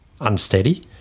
unsteady